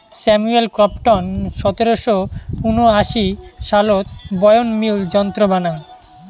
Samuel Crompton সতেরশো উনআশি সালত বয়ন মিউল যন্ত্র বানাং